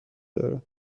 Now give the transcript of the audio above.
دارد